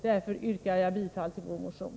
Därför yrkar jag bifall till vår motion.